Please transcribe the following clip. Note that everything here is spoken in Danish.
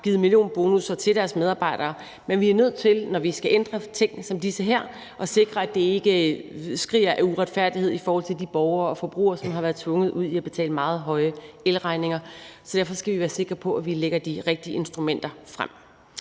givet millionbonusser til deres medarbejdere. Men vi er nødt til, når vi skal ændre ting som disse, at sikre, at det ikke skriger af uretfærdighed i forhold til de borgere og forbrugere, som har været tvunget ud i at betale meget høje elregninger. Derfor skal vi være sikre på, at vi lægger de rigtige instrumenter frem.